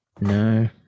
No